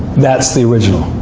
that's the original.